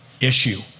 issue